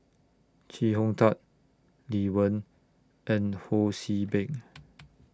Chee Hong Tat Lee Wen and Ho See Beng